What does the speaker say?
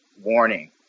warning